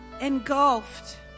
engulfed